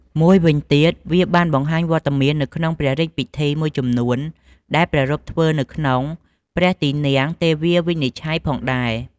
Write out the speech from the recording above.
មួយវិញទៀត វាបានបង្ហាញវត្តមាននៅក្នុងព្រះរាជពិធីមួយចំនួនដែលប្រារព្ធធ្វើនៅក្នុងព្រះទីនាំងទេវាវិនិច្ឆ័យផងដែរ។